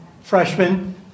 freshman